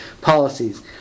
policies